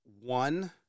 one